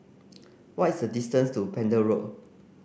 what is the distance to Pender Road